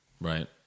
Right